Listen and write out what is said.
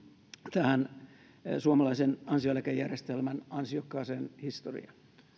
tähän suomalaisen ansioeläkejärjestelmän ansiokkaaseen historiaan